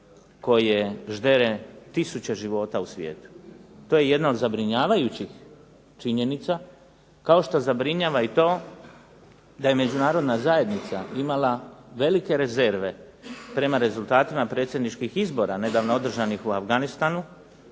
koje ždere tisuće života u svijetu. To je jedna od zabrinjavajućih činjenica kao što zabrinjava i to da je Međunarodna zajednica imala velike rezerve prema rezultatima predsjedničkih izbora nedavno održanih u Afganistanu